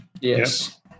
Yes